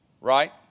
right